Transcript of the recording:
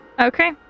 Okay